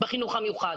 נטפל.